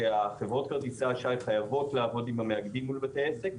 שחברות כרטיסי האשראי חייבות לעבוד עם המאגדים מול בתי העסק,